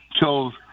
chose